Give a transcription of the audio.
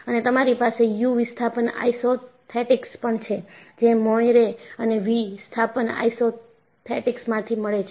અને તમારી પાસે યુ વિસ્થાપન આઇસોથેટિક્સ પણ છે જે મોઇરે અને vવી વિસ્થાપન આઇસોથેટીક્સમાંથી મળે છે